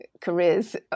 careers